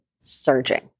surging